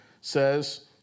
says